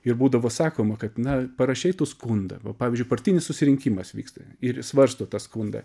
ir būdavo sakoma kad na parašei tu skundą o pavyzdžiui partinis susirinkimas vyksta ir svarsto tą skundą